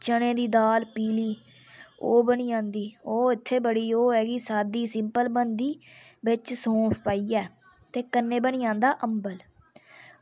चने दी दाल पीली ओह् बनी जंदी ओह् इत्थें बड़ी ओह् ऐ कि सादी सिंपल बनदी बिच सौंफ पाइयै ते कन्नै बनी जंदा अम्बल